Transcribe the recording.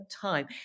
time